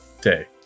day